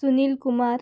Sunil Kumar